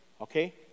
Okay